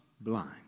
blind